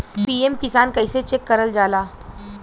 PM Kisan कइसे check करल जाला?